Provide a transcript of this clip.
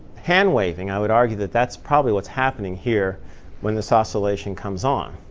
hand-waving i would argue that that's probably what's happening here when this oscillation comes on.